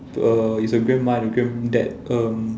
err it's a grandma and granddad um